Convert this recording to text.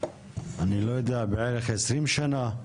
אני לא יודע, בערך 20 שנה.